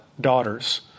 daughters